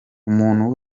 umuntu